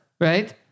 Right